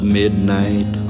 midnight